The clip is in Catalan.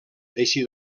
així